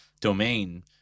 domain